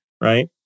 right